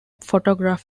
photograph